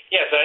Yes